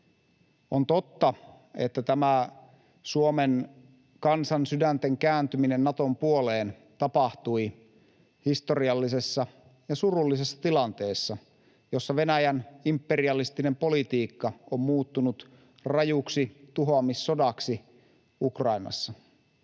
On totta, että tämä Suomen kansan sydänten kääntyminen Naton puoleen tapahtui historiallisessa ja surullisessa tilanteessa, jossa Venäjän imperialistinen politiikka on muuttunut rajuksi tuhoamissodaksi Ukrainassa.